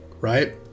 right